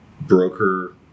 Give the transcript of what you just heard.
broker